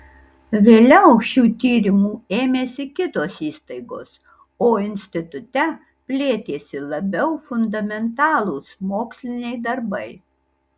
vėliau šių tyrimų ėmėsi kitos įstaigos o institute plėtėsi labiau fundamentalūs moksliniai darbai